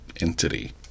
entity